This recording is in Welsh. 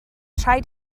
rhaid